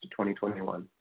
2021